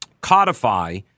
codify